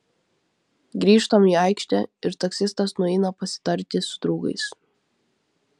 grįžtam į aikštę ir taksistas nueina pasitarti su draugais